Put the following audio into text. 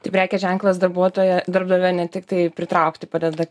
tai prekės ženklas darbuotoją darbdavio ne tiktai pritraukti padeda